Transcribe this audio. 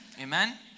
Amen